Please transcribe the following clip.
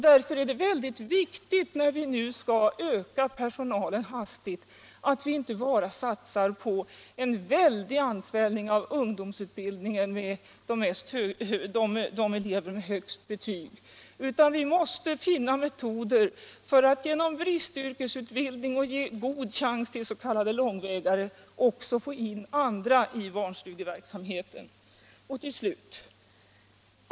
Därför är det oerhört viktigt, när vi nu skall öka personalen hastigt, att inte bara satsa på en stark ansvällning av ungdomsutbildningen för elever med de högsta betygen. Vi måste finna metoder att genom bristyrkesutbildning ge god chans till s.k. långvägare för att också få in andra i barnstugeverksamheten. Så till slut.